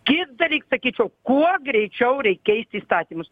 kits dalyks sakyčiau kuo greičiau reik keisti įstatymus